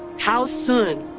how soon?